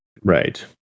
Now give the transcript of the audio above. Right